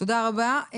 תודה רבה.